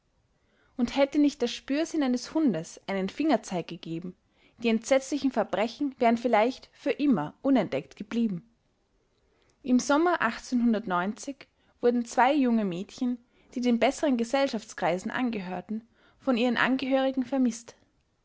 und hätte nicht der spürsinn eines hundes einen fingerzeig gegeben die entsetzlichen verbrechen wären vielleicht für immer unentdeckt geblieben im sommer wurden zwei junge mädchen die den besseren gesellschaftskreisen angehörten von ihren angehörigen vermißt